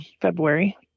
February